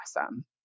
awesome